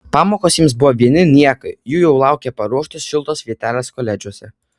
pamokos jiems buvo vieni niekai jų jau laukė paruoštos šiltos vietelės koledžuose